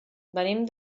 venim